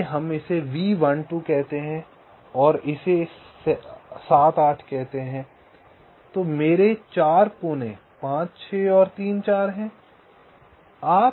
आइए हम इसे v 1 2 कहते हैं आइए इसे 7 8 कहते हैं ये मेरे 4 कोने 5 6 और 3 4 हैं